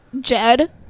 Jed